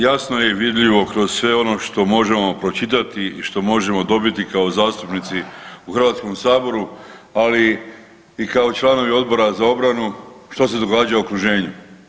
Jasno je i vidljivo kroz sve ono što možemo pročitati i što možemo dobiti kao zastupnici u Hrvatskom saboru ali i kao članovi Odbora za obranu što se događa u okruženju.